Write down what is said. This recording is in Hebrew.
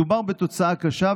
מדובר בתוצאה קשה,